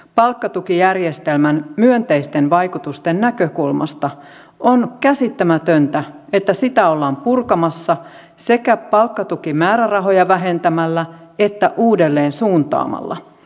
palkkatukijärjestelmän myönteisten vaikutusten näkökulmasta on käsittämätöntä että sitä ollaan purkamassa sekä palkkatukimäärärahoja vähentämällä että uudelleensuuntaamalla